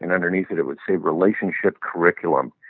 and underneath it, it would say relationship curriculum.